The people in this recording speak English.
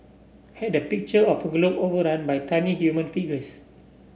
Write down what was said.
had the picture of a globe overrun by tiny human figures